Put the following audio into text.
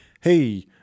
hey